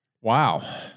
Wow